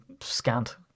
scant